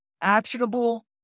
actionable